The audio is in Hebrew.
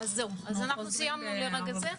סיימנו לרגע זה.